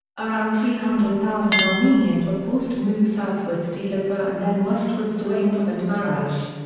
around three hundred thousand armenians were forced to move southwards to urfa and then westwards to aintab and marash.